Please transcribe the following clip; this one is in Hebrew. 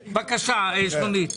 בבקשה, שלומית.